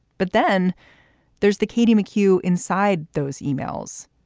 but then there's the katie mccue inside those emails.